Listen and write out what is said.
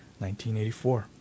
1984